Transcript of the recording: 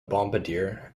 bombardier